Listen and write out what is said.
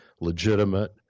legitimate